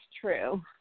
true